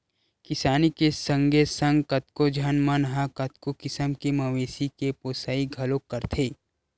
किसानी के संगे संग कतको झन मन ह कतको किसम के मवेशी के पोसई घलोक करथे